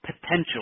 potential